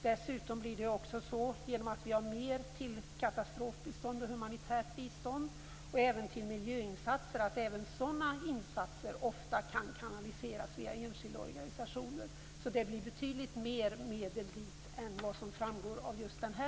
Vi ger dessutom mer till katastrofbistånd och humanitärt bistånd och även till miljöinsatser, och därför kan även sådana insatser ofta kanaliseras via enskilda organisationer. Så det blir betydligt mer medel dit än vad som framgår av just den posten.